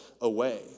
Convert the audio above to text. away